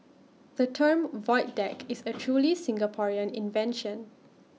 the term void deck is A truly Singaporean invention